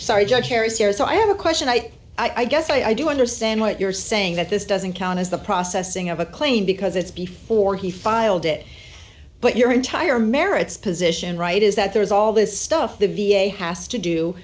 sorry judge perry here so i have a question i guess i do understand what you're saying that this doesn't count as the processing of a claim because it's before he filed it but your entire merits position right is that there's all this stuff the v a has to do